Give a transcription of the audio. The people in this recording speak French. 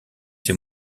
ses